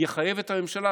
יחייב את הממשלה.